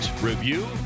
review